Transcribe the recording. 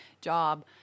job